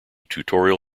tutorial